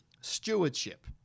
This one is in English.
Stewardship